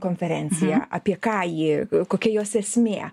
konferencija apie ką ji kokia jos esmė